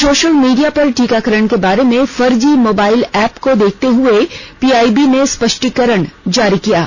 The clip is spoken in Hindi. सोशल मीडिया पर टीकाकरण के बारे में फर्जी मोबाइल ऐप्प को देखते हुए पीआईबी ने यह स्पष्टीकरण जारी किया है